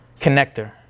connector